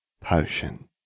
potion